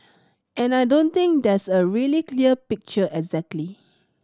and I don't think there's a really clear picture exactly